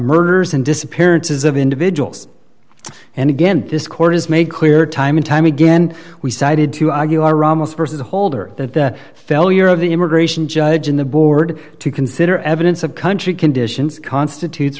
murders and disappearances of individuals and again this court has made clear time and time again we cited to argue or ramos versus holder that the failure of the immigration judge and the board to consider evidence of country conditions constitutes